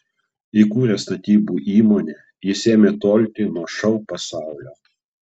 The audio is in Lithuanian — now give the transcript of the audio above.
įkūręs statybų įmonę jis ėmė tolti nuo šou pasaulio